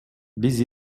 биз